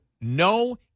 no